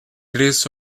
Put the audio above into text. três